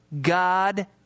God